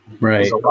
right